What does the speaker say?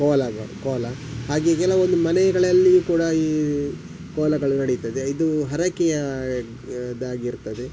ಕೋಲಗಳು ಕೋಲ ಹಾಗೆ ಕೆಲವೊಂದು ಮನೆಗಳಲ್ಲಿ ಕೂಡ ಈ ಕೋಲಗಳು ನಡೀತದೆ ಇದು ಹರಕೆಯ ದಾಗಿರ್ತದೆ